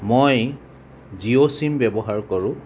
মই জিঅ' ছিম ব্যৱহাৰ কৰোঁ